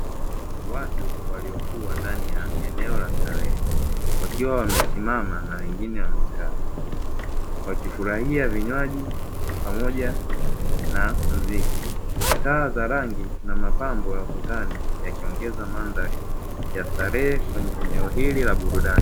Watu waliokuwa ndani ya eneo la starehe wakiwa wamesimama na wengine wamekaa wakifurahia vinywaji pamoja na muziki, taa za rangi na mapambo ya ukutani yakiongeza mandhari ya starehe kwenye eneo hili la burudani.